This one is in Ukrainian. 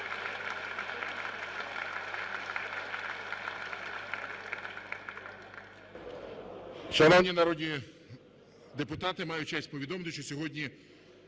Дякую.